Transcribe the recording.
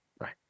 right